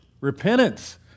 Repentance